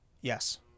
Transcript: Yes